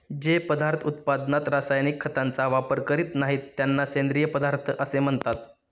जे पदार्थ उत्पादनात रासायनिक खतांचा वापर करीत नाहीत, त्यांना सेंद्रिय पदार्थ असे म्हणतात